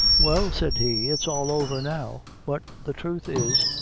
well, said he, it's all over now but the truth is,